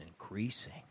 increasing